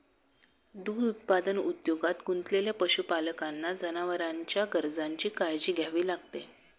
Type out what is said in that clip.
दूध उत्पादन उद्योगात गुंतलेल्या पशुपालकांना जनावरांच्या गरजांची काळजी घ्यावी लागते